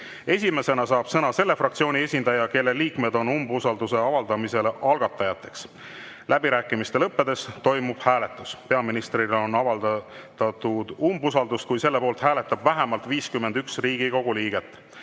Esimesena saab sõna selle fraktsiooni esindaja, kelle liikmed on umbusalduse avaldamise algatajad. Läbirääkimiste lõppedes toimub hääletus. Peaministrile on avaldatud umbusaldust, kui selle poolt hääletab vähemalt 51 Riigikogu liiget. Palun